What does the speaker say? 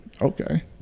Okay